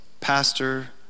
pastor